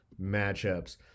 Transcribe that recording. matchups